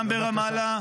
גם ברמאללה.